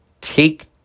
take